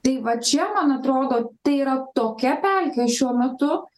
tai va čia man atrodo tai yra tokia pelkė šiuo metu